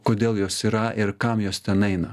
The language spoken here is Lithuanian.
kodėl jos yra ir kam jos ten eina